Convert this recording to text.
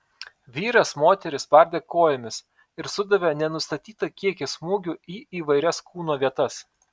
vyras moterį spardė kojomis ir sudavė nenustatytą kiekį smūgių į įvairias kūno vietas